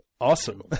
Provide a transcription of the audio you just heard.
Awesome